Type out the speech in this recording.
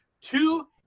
Two